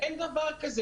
אין דבר כזה.